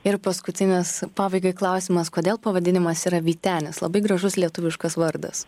ir paskutinis pabaigai klausimas kodėl pavadinimas yra vytenis labai gražus lietuviškas vardas